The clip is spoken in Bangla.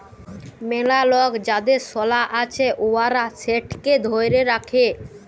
ম্যালা লক যাদের সলা আছে উয়ারা সেটকে ধ্যইরে রাখে